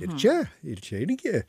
ir čia ir čia irgi